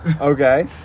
Okay